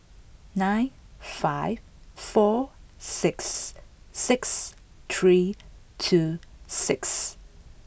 nine five four six six three two six